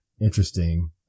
interesting